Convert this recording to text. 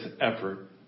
effort